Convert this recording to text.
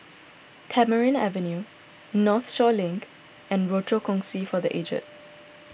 Tamarind Avenue Northshore Link and Rochor Kongsi for the Aged